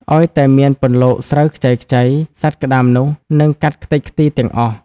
អោយតែមានពន្លកស្រូវខ្ចីៗ សត្វក្ដាមនោះនឹងកាត់ខ្ទេចខ្ទីរទាំងអស់ ។